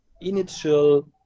initial